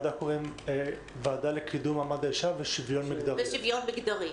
לוועדה הקוראים הוועדה לקידום מעמד האישה ושוויון מגדרי.